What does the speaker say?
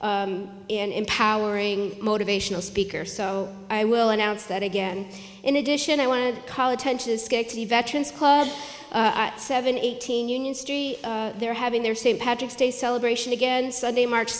and empowering motivational speaker so i will announce that again in addition i want to call attention to the veterans club at seven eighteen union street they're having their st patrick's day celebration again sunday march